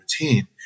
routine